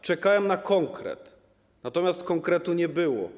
Czekałem na konkret, natomiast konkretu nie było.